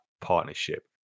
partnership